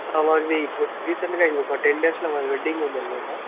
one week రీసెంట్గా ఒక ten డేస్లో మా వెడ్డింగ్ ఉంది అన్నమాట